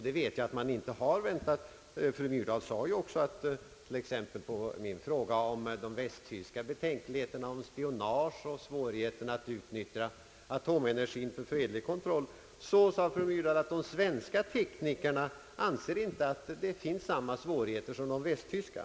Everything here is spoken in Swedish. Det vet jag att man inte har gjort — fru Myrdal sade ju på min fråga om de västtyska betänkligheterna beträffande spionage och svårigheterna att utnyttja atomenergien för fredliga ändamål, att de svenska teknikerna anser att vi inte har samma problem som Västtyskland.